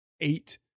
eight